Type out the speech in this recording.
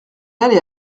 allait